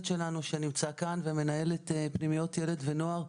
שלנו שנמצא כאן ומנהל את פנימיות ילד ונוער,